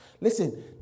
Listen